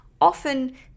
Often